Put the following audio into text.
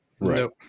Right